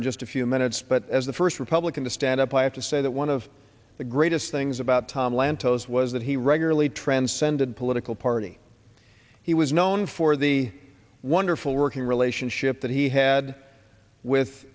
in just a few minutes but as the first republican to stand up i have to say that one of the greatest things about tom lantos was that he regularly transcended political party he was known for the wonderful working relationship that he had with